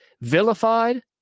vilified